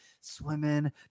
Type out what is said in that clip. swimming